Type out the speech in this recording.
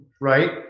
right